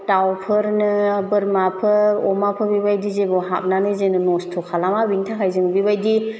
दाउफोरनो बोरमाफोर अमाफोर बेबायदि जेबो हाबनानै जेनो नस्थ' खलामा बिनि थाखाय जों बे बायदि